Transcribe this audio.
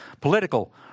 Political